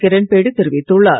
கிரண்பேடி தெரிவித்துள்ளார்